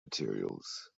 materials